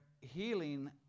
healing